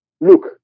Look